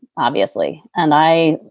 obviously. and i,